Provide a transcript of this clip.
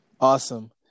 Awesome